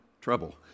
trouble